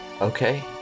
okay